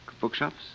bookshops